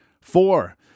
Four